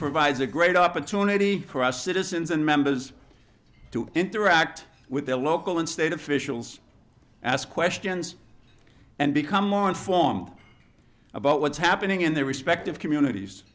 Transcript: provides a great opportunity for us citizens and members to interact with their local and state officials ask questions and become more informed about what's happening in their respective communities